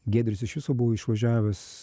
giedrius iš viso buvo išvažiavęs